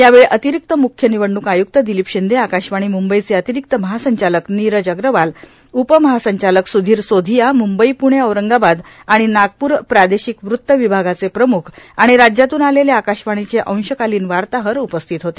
यावेळी र्आर्तारक्त मुख्य र्भनवडणूक आयुक्त र्दिलोप शिंदे आकाशवाणी म्रंबईचे र्रातरांक्त महासंचालक नीरज अगरवाल उपमहासंचालक स्धीर सोधिया मुंबई प्रणे औरंगाबाद आर्ाण नागपूर प्रार्दोशक वृत्त र्वभागाचे प्रमुख आर्ाण राज्यातून आलेले आकाशवाणीचे अंशकालांन वाताहर उपस्थित होते